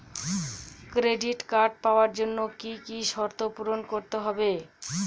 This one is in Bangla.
ক্রেডিট কার্ড পাওয়ার জন্য কি কি শর্ত পূরণ করতে হবে?